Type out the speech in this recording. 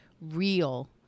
real